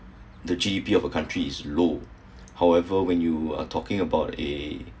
the G_D_P of a country is low however when you uh talking about a